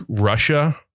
Russia